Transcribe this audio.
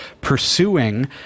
pursuing